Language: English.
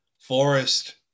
Forest